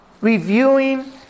reviewing